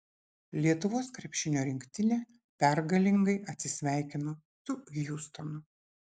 lietuvos krepšinio rinktinė pergalingai atsisveikino su hjustonu